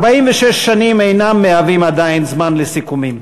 46 שנים אינן עדיין פרק זמן לסיכומים,